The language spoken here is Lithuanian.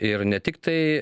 ir ne tiktai